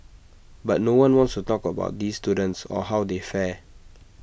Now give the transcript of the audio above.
but no one wants to talk about these students or how they fare